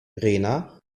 rena